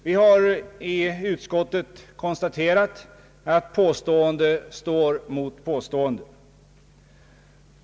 Vi har i utskottet konstaterat att påstående står mot påstående.